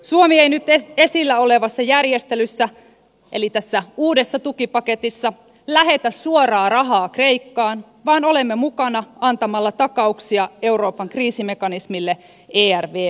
suomi ei nyt esillä olevassa järjestelyssä eli tässä uudessa tukipaketissa lähetä suoraa rahaa kreikkaan vaan olemme mukana antamalla takauksia euroopan kriisimekanismille ervvlle